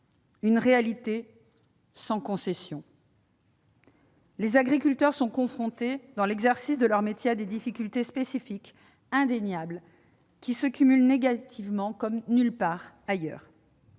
une réalité sans concession ! Les agriculteurs sont confrontés, dans l'exercice de leur métier, à des difficultés spécifiques indéniables, qui se cumulent négativement comme nulle part ailleurs.